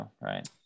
right